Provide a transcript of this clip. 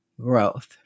growth